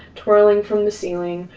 twirling from the ceiling,